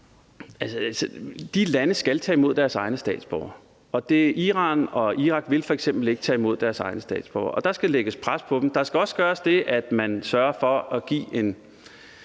De lande skal tage imod deres egne statsborgere. Iran og Irak vil f.eks. ikke tage imod deres egne statsborgere. Der skal lægges pres på dem. Der skal også gøres det, at man sørger for at give en